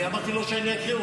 תבקשי אישור.